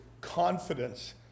confidence